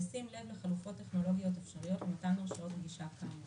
בשים לב לחלופות טכנולוגיות אפשריות למתן הרשאות גישה כאמור.